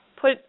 put